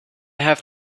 have